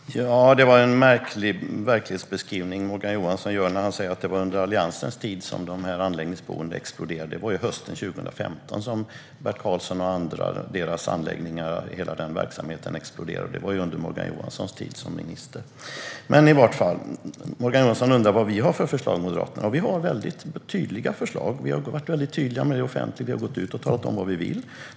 Herr talman! Det är en märklig verklighetsbeskrivning Morgan Johansson gör när han säger att det var under Alliansens tid som antalet anläggningsboenden exploderade. Det var ju under hösten 2015, under Morgan Johanssons tid som minister, som Bert Karlssons och andras verksamhet exploderade. Morgan Johansson undrar vad vi moderater har för förslag. Vi har väldigt tydliga förslag. Vi har gått ut offentligt och talat om vad vi vill.